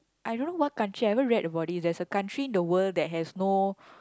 I don't know what country I haven't read about this there's a country in the world that has no